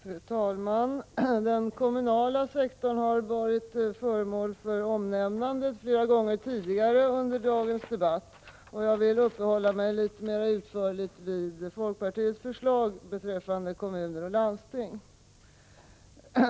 Fru talman! Den kommunala sektorn har varit föremål för omnämnande flera gånger i dagens debatt. Jag skall litet mer utförligt uppehålla mig vid folkpartiets förslag beträffande kommuner och landsting.